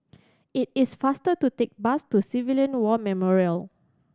it is faster to take the bus to Civilian War Memorial